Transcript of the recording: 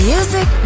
Music